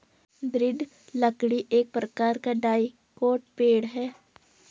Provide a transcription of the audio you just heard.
दृढ़ लकड़ी एक प्रकार का डाइकोट पेड़ है